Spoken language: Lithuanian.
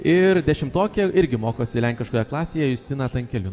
ir dešimtokė irgi mokosi lenkiškoje klasėje justina tankeliun